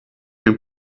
him